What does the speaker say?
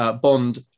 Bond